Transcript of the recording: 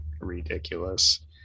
ridiculous